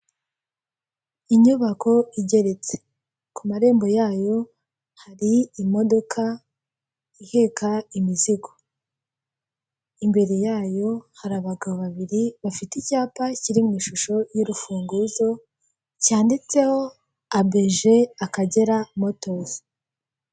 Inyubako igeretse, ku marembo yayo hari imodoka iheka imizigo, imbere yayo hari abagabo babiri bafite icyapa kiri mu ishusho y'urufunguzo cyanditseho abeje akagera motozi.